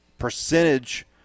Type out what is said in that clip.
percentage